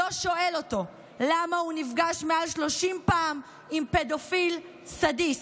לא שואל אותו למה הוא נפגש מעל 30 פעם עם פדופיל סדיסט.